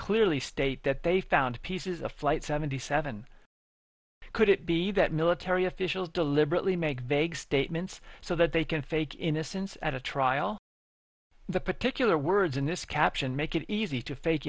clearly state that they found pieces of flight seventy seven could it be that military officials deliberately make vague statements so that they can fake innocence at a trial the particular words in this caption make it easy to fake